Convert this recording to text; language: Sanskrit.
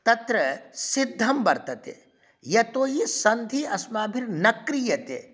तत्र सिद्धं वर्तते यतोहि सन्धिः अस्माभिर्न क्रियते